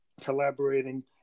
collaborating